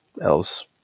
elves